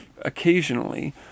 occasionally